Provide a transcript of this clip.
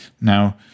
Now